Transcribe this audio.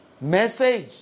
message